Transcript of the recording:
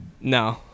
No